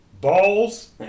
Balls